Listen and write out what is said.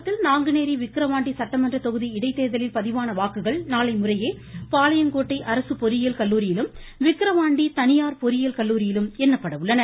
தமிழகத்தில் நாங்குநேரி விக்கிரவாண்டி சட்டமன்ற தொகுதி இடைத்தேர்தலில் பதிவான வாக்குகள் நாளை முறையே பாளையங்கோட்டை அரசு பொறியியல் கல்லூரியிலும் விக்கிரவாண்டி தனியார் பொறியியல் கல்லூரியிலும் எண்ணப்பட உள்ளன